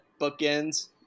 bookends